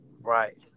Right